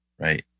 Right